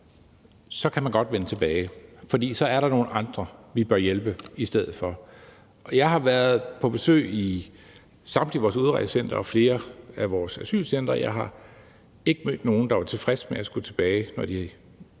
så kan man godt vende tilbage, for så er der nogle andre, vi bør hjælpe i stedet for. Jeg har været på besøg i samtlige af vores udrejsecentre og flere af vores asylcentre, og jeg har ikke mødt nogen, der var tilfredse med at skulle tilbage, når de fik